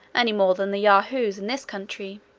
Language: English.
any more than the yahoos in this country.